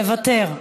מוותר.